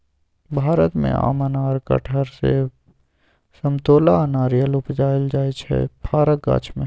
भारत मे आम, अनार, कटहर, सेब, समतोला आ नारियर उपजाएल जाइ छै फरक गाछ मे